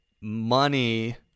money